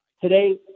Today